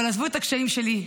אבל עזבו את הקשיים שלי,